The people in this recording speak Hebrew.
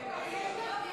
סעיפים 1